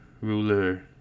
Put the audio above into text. ruler